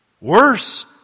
Worse